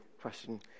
question